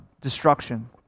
destruction